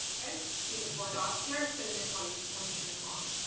you see the four dots there? it's gonna and and want to make four shared bonds.